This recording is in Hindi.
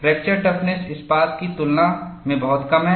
फ्रैक्चर टफनेस इस्पात की तुलना में बहुत कम है